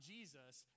Jesus